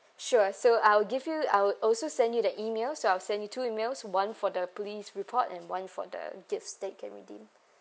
sure so I'll give you I would also send you the email so I'll send you two emails one for the police report and one for the gifts that you can redeem